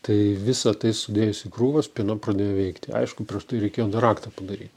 tai visa tai sudėjus į krūvą spyna pradėjo veikti aišku prieš tai reikėjo dar raktą padary